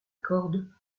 corde